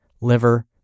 liver